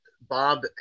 Bob